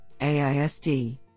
AISD